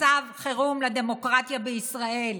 מצב חירום לדמוקרטיה בישראל,